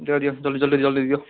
ଦିଅ ଦିଅ ଜଲ୍ଦି ଜଲ୍ଦି ଜଲ୍ଦି ଦିଅ